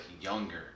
younger